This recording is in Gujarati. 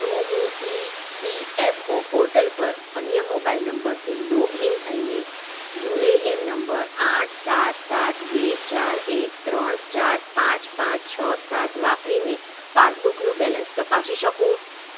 શું હું E P F O portal પર અન્ય મોબાઈલ નંબરથી લોગઇન થઈને યુએએન નંબર આઠ સાત સાત બે ચાર એક ત્રણ ચાર પાંચ પાંચ છ સાત વાપરીને પાસબૂકનું બેલેન્સ તપાસી શકું